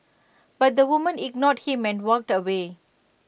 but the woman ignored him and walked away